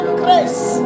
grace